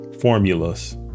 formulas